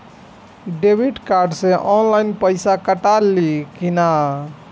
Debit card से online पैसा कटा ले कि ना?